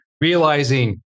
realizing